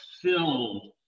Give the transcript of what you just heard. filled